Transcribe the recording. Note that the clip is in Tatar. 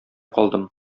калдым